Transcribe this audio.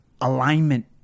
alignment